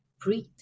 breathe